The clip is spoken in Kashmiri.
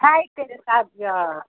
فرٛاے کٔرِتھ حظ یا